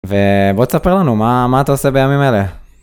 ובוא תספר לנו מה אתה עושה בימים אלה.